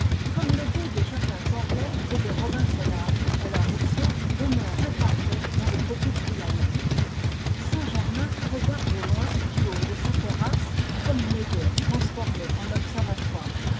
comme le goût des jardins anglais et des robinsonnades à la rousseau demeure incarné dans le petit trianon saint-germain regarde au loin du haut de sa terrasse comme meudon transformé en observatoire